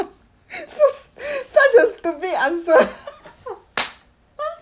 such such a stupid answer